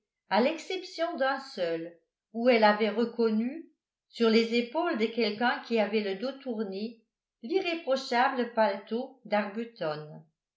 à l'exception d'un seul où elle avait reconnu sur les épaules de quelqu'un qui avait le dos tourné l'irréprochable paletot d'arbuton